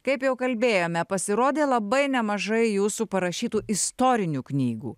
kaip jau kalbėjome pasirodė labai nemažai jūsų parašytų istorinių knygų